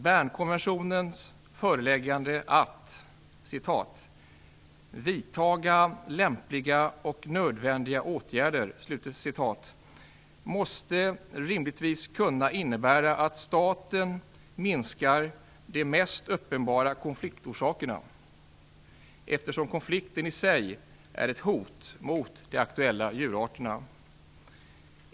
Bernkonventionens föreläggande att "vidtaga lämpliga och nödvändiga åtgärder" måste rimligtvis kunna innebära att staten minskar de mest uppenbara konfliktorsakerna, eftersom konflikten i sig är ett hot mot de aktuella djurarterna.